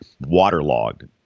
waterlogged